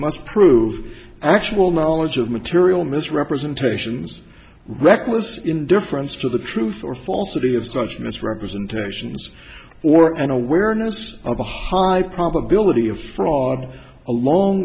must prove actual knowledge of material misrepresentations reckless indifference to the truth or falsity of such misrepresentations or an awareness of a high probability of fraud along